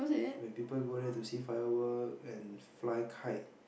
where people go there to see firework and fly kite